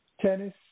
Tennis